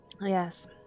Yes